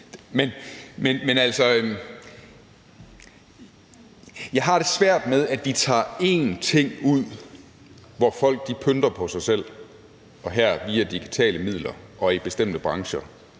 Men jeg har det svært med, at vi tager én ting ud, hvor folk pynter på sig selv – her via digitale midler og i bestemte brancher